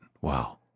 Wow